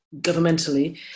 governmentally